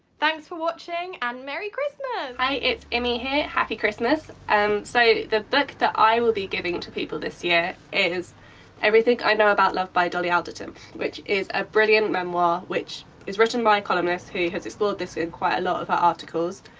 thanks for watching and merry christmas! hi, it's imie here. happy christmas. and so the book that i will be giving to people this year is everything i know about love by dolly alderton which is a brilliant memoir which is written and by a and columnist who has explored this in quite a lot of her articles.